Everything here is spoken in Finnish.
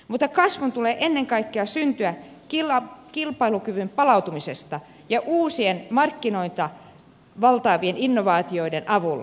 mutta kasvun tulee ennen kaikkea syntyä kilpailukyvyn palautumisesta ja uusien markkinoita valtaavien innovaatioiden avulla